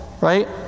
right